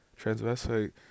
transvestite